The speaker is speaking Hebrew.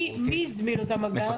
מי הזמין אותם, אגב?